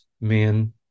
men